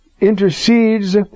intercedes